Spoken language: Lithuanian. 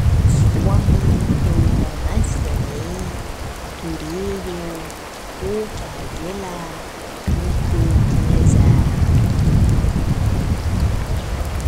suomiai jau gana seniai turėjo tokią gilią ūkio krizę